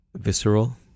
visceral